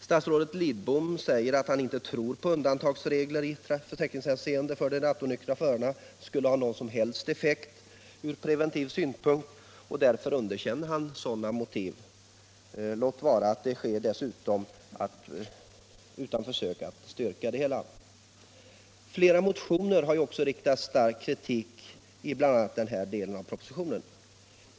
Statsrådet Lidbom säger att man inte tror att undantagsregler i försäkringshänseende för de rattonyktra förarna skulle ha någon som helst effekt ur preventiv synpunkt, och därför underkänner han sådana motiv — detta utan att på något som helst sätt försöka styrka sin ståndpunkt. Flera motioner riktar också stark kritik mot bl.a. den delen av propositionen.